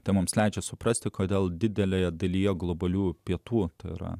tai mums leidžia suprasti kodėl didelėje dalyje globalių pietų tai yra